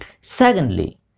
Secondly